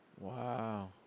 wow